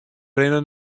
rinne